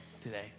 today